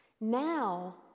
Now